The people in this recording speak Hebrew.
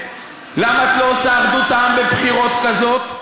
למה את לא עושה אחדות העם בבחירות כאלה?